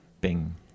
Bing